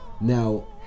Now